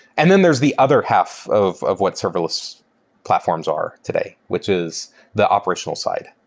and then there's the other half of of what serverless platforms are today, which is the operational side.